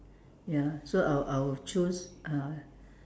ya so I I will choose uh